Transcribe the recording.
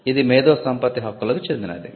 ఇది మేధో సంపత్తి హక్కులకు చెందినది